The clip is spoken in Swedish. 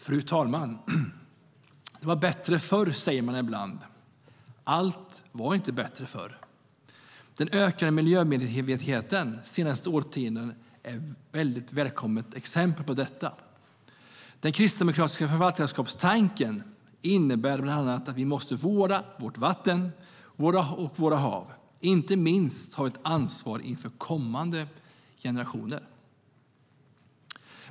Fru talman! Det var bättre förr, säger man ibland. Allt var inte bättre förr. Den ökande miljömedvetenheten de senaste årtiondena är ett väldigt välkommet exempel på detta. Den kristdemokratiska förvaltarskapstanken innebär bland annat att vi måste vårda vårt vatten och våra hav - inte minst har vi ett ansvar inför kommande generationer.